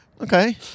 Okay